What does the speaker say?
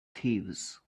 thieves